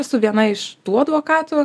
esu viena iš tų advokatų